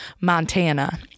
Montana